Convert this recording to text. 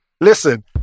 Listen